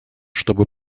чтобы